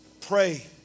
pray